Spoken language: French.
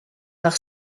par